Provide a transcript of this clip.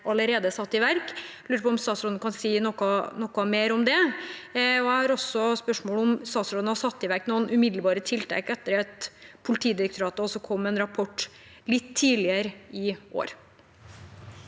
allerede satt i verk. Jeg lurer på om statsråden kan si noe mer om det. Jeg har også et spørsmål om statsråden har satt i verk noen umiddelbare tiltak etter at Politidirektorat kom med en rapport litt tidligere i år.